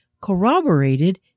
corroborated